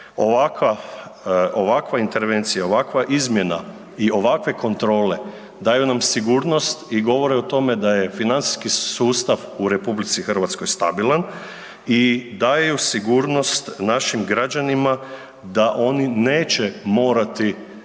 Ovakva intervencija, ovakva izmjena i ovakve kontrole daju nam sigurnost i govore o tome da je financijski sustav u RH stabilan i daje sigurnost našim građanima da oni neće morati vlastitim